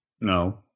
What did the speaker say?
No